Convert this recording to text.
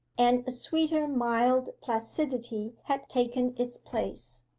and a sweeter mild placidity had taken its place.